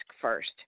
first